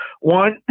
One